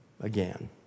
again